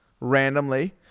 randomly